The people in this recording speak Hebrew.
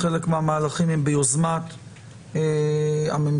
חלק מהמהלכים הם ביוזמת הממשלה,